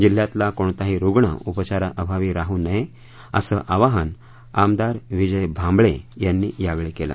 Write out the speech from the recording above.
जिल्ह्यातला कोणताही रुग्ण उपचाराअभावी राहू नये असं आवाहन आमदार विजय भांबळे यांनी यावेळी केलं